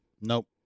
nope